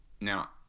now